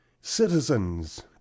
Citizens